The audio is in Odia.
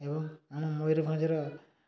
ଏବଂ ଆମ ମୟୁରଭଞ୍ଜର